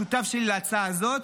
השותף שלי להצעה הזאת,